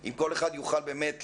אם כל אחד יוכל לקצר,